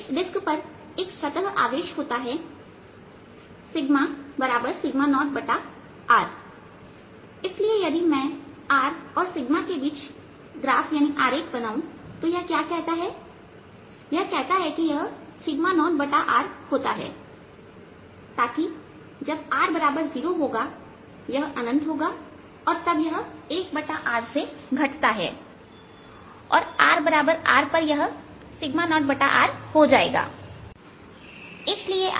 इस डिस्क पर एक सतह आवेश होता है 0r इसलिए यदि मैं r और के बीच ग्राफ बनाऊं यह क्या कहता है कि यह 0r होता है ताकि जब r0 होगा यह अनंत होगा और तब यह 1R से घटता है और rR पर यह 0R हो जाएगा